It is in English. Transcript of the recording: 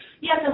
yes